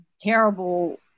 terrible